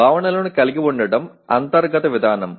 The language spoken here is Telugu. భావనలను కలిగి ఉండటం అంతర్గత విధానం